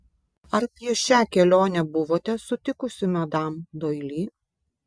ar prieš šią kelionę buvote sutikusi madam doili